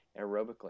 aerobically